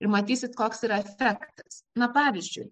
ir matysit koks yra efektas na pavyzdžiui